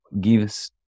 gives